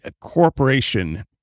corporation